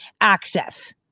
access